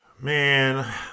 Man